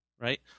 right